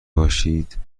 باشید